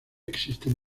existen